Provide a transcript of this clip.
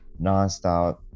nonstop